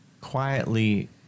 quietly